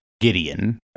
Gideon